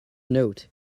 note